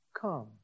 Come